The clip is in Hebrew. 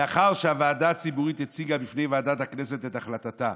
לאחר שהוועדה הציבורית הציגה בפני ועדת הכנסת את החלטתה